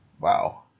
Wow